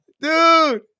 dude